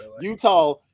Utah